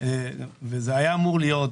וזה היה אמור להיות,